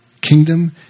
kingdom